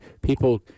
People